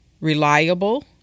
reliable